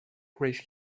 grace